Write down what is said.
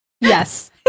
Yes